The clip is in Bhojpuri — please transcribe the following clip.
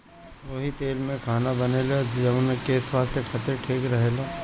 ओही तेल में खाना बनेला जवन की स्वास्थ खातिर ठीक रहेला